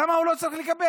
למה הוא לא צריך לקבל?